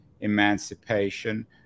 emancipation